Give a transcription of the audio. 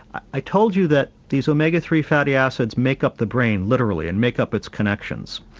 i told you that these omega three fatty acids make up the brain literally and make up its connections.